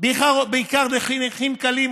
בעיקר נכים קלים,